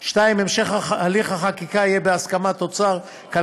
2. המשך הליך החקיקה יהיה בהסכמת משרדי האוצר,